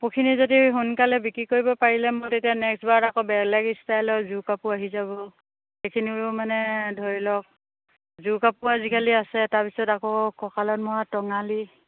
কাপোৰখিনি যদি সোনকালে বিক্ৰী কৰিব পাৰিলে মই তেতিয়া নেক্সট বাৰত আকৌ বেলেগ ষ্টাইলৰ যোৰ কাপোৰ আহি যাব সেইখিনিও মানে ধৰি লওক যোৰ কাপোৰ আজিকালি আছে তাৰপিছত আকৌ কঁকালত মৰা টঙালী